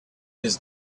his